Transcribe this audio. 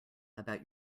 about